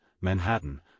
Manhattan